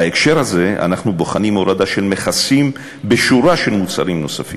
בהקשר הזה אנחנו בוחנים הורדה של מכסים בשורה של מוצרים נוספים.